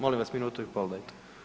Molim vas, minutu i pol dajte.